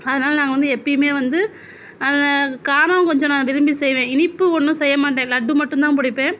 அதனால் நாங்கள் வந்து எப்பையுமே வந்து அந்த காரம் கொஞ்சம் நான் விரும்பி செய்வேன் இனிப்பு ஒன்றும் செய்ய மாட்டேன் லட்டு மட்டும் தான் பிடிப்பேன்